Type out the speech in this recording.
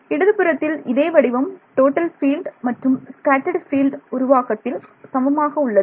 இடதுபுறத்தில் இதே வடிவம் டோட்டல் பீல்டு மற்றும் ஸ்கேட்டர்ட் பீல்டு உருவாக்கத்தில் சமமாக உள்ளது